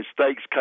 stakes